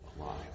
alive